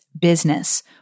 business